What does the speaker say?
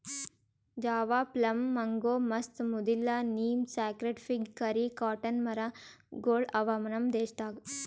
Java plum, mango, mast, ಮುದಿಲ್ಲ, neem, sacred fig, curry, cotton ಮರ ಗೊಳ್ ಅವಾ ನಮ್ ದೇಶದಾಗ್